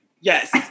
Yes